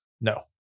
No